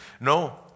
no